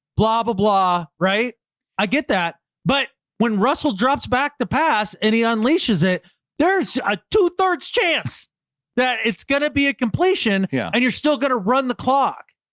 blah, blah. i get that. but when russell drops back the pass, any unleashes, it there's a two thirds chance that it's going to be a completion yeah and you're still going to run the clock.